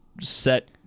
set